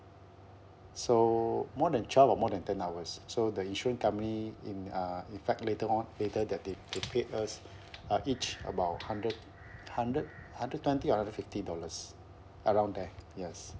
so more than twelve or more than ten hours so the insurance company in uh in fact later on later that they they paid us uh each about hundred hundred hundred twenty or hundred fifty dollars around there yes